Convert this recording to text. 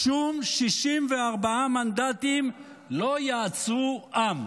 "שום 64 מנדטים לא יעצרו עם".